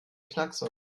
knackser